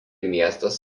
miestas